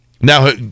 Now